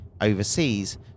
overseas